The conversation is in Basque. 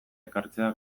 ekartzea